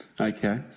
Okay